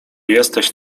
jesteś